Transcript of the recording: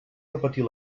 repetir